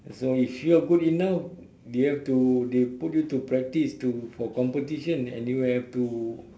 so if you are good enough they have to they put you to practise to for competition and you have to